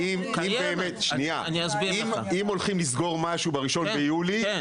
ואם הולכים לסגור משהו ב-1 ביולי,